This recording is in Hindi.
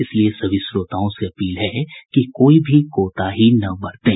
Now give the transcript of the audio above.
इसलिए सभी श्रोताओं से अपील है कि कोई भी कोताही न बरतें